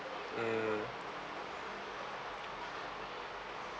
mm